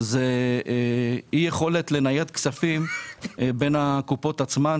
זה אי היכולת לנייד כספים בין הקופות עצמן,